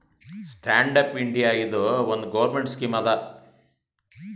stand up India ಇದು ಒಂದ್ government scheme ಅದಾ